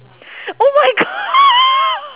oh my go~